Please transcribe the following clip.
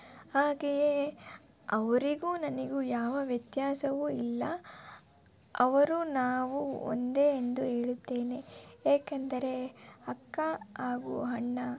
ಹಾಗೆಯೇ ಅವರಿಗೂ ನನಗೂ ಯಾವ ವ್ಯತ್ಯಾಸವೂ ಇಲ್ಲ ಅವರು ನಾವು ಒಂದೇ ಎಂದು ಹೇಳುತ್ತೇನೆ ಏಕೆಂದರೆ ಅಕ್ಕ ಹಾಗು ಅಣ್ಣ